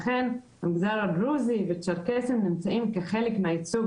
לכן המגזר הדרוזי והצ'רקסי נמצאים כחלק מהייצוג